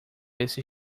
esse